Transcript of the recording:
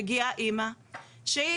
מגיעה אמא שהיא